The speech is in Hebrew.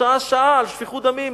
שעה-שעה,